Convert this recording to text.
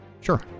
Sure